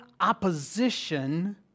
opposition